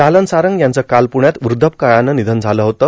लालन सारंग यांचं काल प्रण्यात वृद्वापकाळानं र्निधन झालं होतं